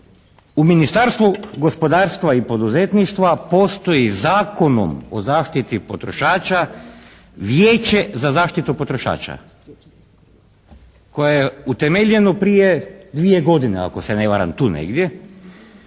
U Ministarstvu gospodarstva, rada i poduzetništva postoji Zakonom o zaštiti potrošača Vijeće za zaštitu potrošača koje je utemeljeno prije dvije godine ako se ne varam, tu negdje.